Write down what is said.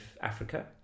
Africa